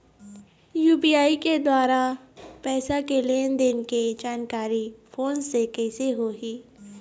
UPI के द्वारा पैसा के लेन देन के जानकारी फोन से कइसे होही?